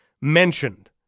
mentioned